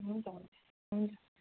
हुन्छ हुन्छ हुन्छ